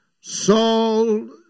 Saul